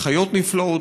אחיות נפלאות,